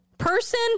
person